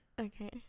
Okay